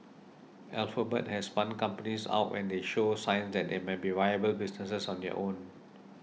alphabet has spun companies out when they show signs that they might be viable businesses on their own